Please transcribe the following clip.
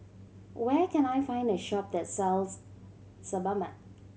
where can I find a shop that sells Sebamed